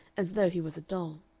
as though he was a doll.